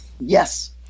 yes